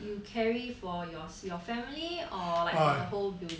you carry for your your family or like the whole building